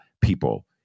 people